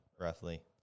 roughly